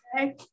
okay